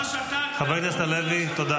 לא הטריד אותך שד"ר מנדלבליט קיבל 600,000 שקל.